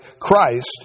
Christ